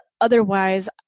otherwise